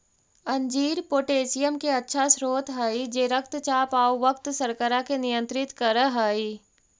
अंजीर पोटेशियम के अच्छा स्रोत हई जे रक्तचाप आउ रक्त शर्करा के नियंत्रित कर हई